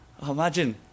Imagine